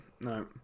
no